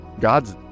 God's